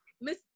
Miss